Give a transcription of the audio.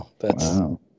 wow